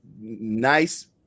nice